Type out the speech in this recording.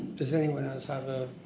does anyone else have a.